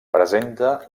presenta